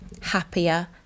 happier